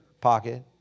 pocket